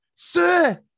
Sir